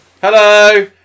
hello